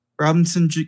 robinson